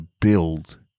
build